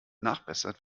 nachbessert